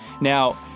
Now